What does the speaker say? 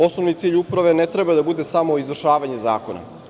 Osnovni cilj uprave ne treba da bude samo izvršavanje zakona.